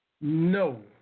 No